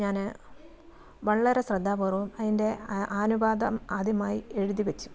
ഞാൻ വളരെ ശ്രദ്ധാപൂർവം അതിൻ്റെ അനുപാതം ആദ്യമായി എഴുതിവെച്ചു